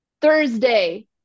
thursday